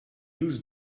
used